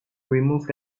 remove